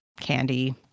candy